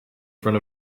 front